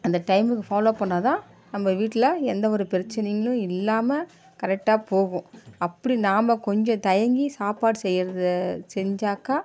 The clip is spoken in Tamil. அந்த டைமுக்கு ஃபாலோ பண்ணால்தான் நம்ம வீட்டில் எந்த ஒரு பிரச்சனைகளும் இல்லாமல் கரெக்ட்டாக போகும் அப்படி நம்ப கொஞ்சம் தயங்கி சாப்பாடு செய்கிறது செஞ்சாக்க